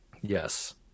Yes